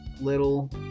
little